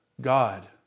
God